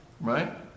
Right